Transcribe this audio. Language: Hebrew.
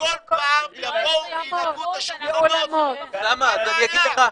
וכל פעם יבואו וינקו את השולחנות, מה הבעיה?